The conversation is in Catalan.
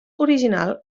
original